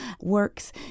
works